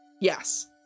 Yes